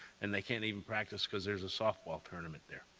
and they can't even practice because there's a softball tournament there.